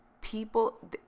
People